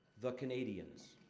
the canadians,